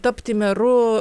tapti meru